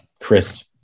Chris